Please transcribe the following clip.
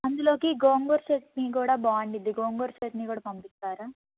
అందులోకి గోంగూర చట్నీ కూడా బాగుండుద్ది గోంగూర చట్నీ కూడా పంపిస్తారా